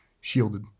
shielded